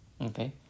Okay